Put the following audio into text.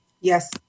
Yes